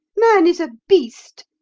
man is a beast!